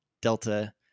Delta